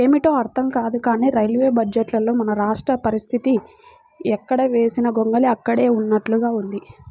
ఏమిటో అర్థం కాదు కానీ రైల్వే బడ్జెట్లో మన రాష్ట్ర పరిస్తితి ఎక్కడ వేసిన గొంగళి అక్కడే ఉన్నట్లుగా ఉంది